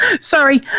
sorry